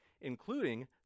including